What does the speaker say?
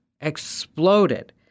exploded